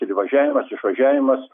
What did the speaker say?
ir įvažiavimas išvažiavimas